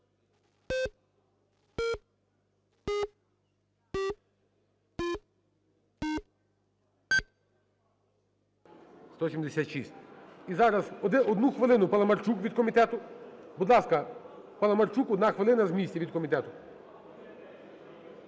За-176 І зараз одну хвилину Паламарчук від комітету. Будь ласка, Паламарчук, одна хвилина з місця від комітету.